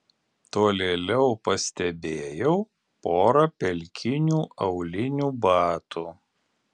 tolėliau pastebėjau porą pelkinių aulinių batų